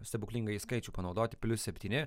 stebuklingąjį skaičių panaudoti plius septyni